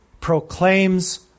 proclaims